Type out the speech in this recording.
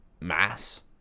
mass